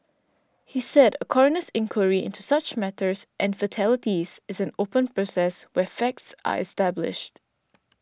he said a coroner's inquiry into such matters and fatalities is an open process where facts are established